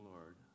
Lord